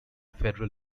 federal